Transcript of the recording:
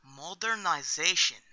Modernization